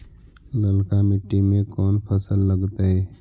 ललका मट्टी में कोन फ़सल लगतै?